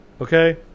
Okay